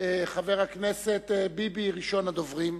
חבר הכנסת ביבי, ראשון הדוברים,